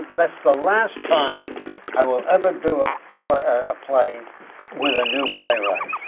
that's the last time i will ever do a play a play with a new playwright.